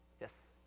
Yes